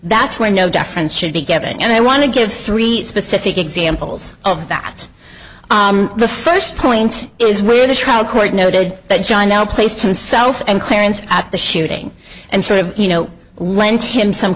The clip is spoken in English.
that's why no deference should be given and i want to give three specific examples of that the first point is where the trial court noted that john l placed himself and clarence at the shooting and sort of you know lent him some